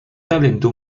talento